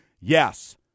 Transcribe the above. Yes